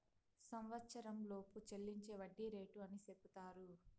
సంవచ్చరంలోపు చెల్లించే వడ్డీ రేటు అని సెపుతారు